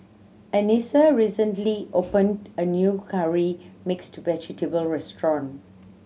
Anissa recently opened a new Curry Mixed Vegetable restaurant